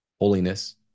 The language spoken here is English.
holiness